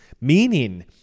meaning